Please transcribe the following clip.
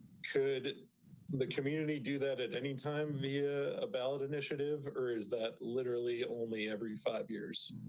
could the community do that at any time via a ballot initiative or is that literally only every five years.